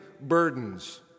burdens